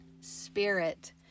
Spirit